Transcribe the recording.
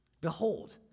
Behold